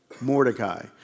Mordecai